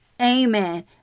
amen